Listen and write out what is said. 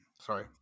Sorry